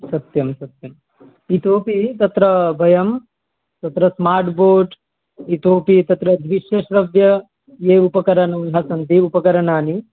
सत्यं सत्यम् इतोऽपि तत्र वयं तत्र स्मार्ट् बोर्ड् इतोऽपि तत्र दृश्यश्रव्याणि ये उपकरणानि सन्ति उपकरणानि